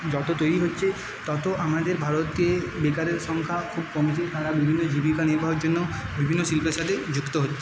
যত তৈরি হচ্ছে তত আমাদের ভারতে বেকারের সংখ্যা খুব কমছে তারা বিভিন্ন জীবিকা নির্বাহের জন্য বিভিন্ন শিল্পের সাথেই যুক্ত